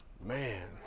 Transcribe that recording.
man